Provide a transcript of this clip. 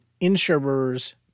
insurers